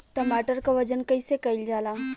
टमाटर क वजन कईसे कईल जाला?